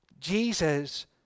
Jesus